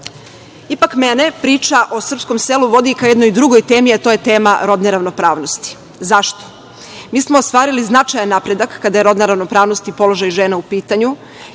mene priča o srpskom selu vodi ka jednoj drugoj temi, a to je tema rodne ravnopravnosti. Zašto? Mi smo ostvarili značajan napredak kada je rodna ravnopravnost i položaj žena u pitanju